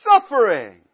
Suffering